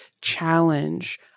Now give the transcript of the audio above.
challenge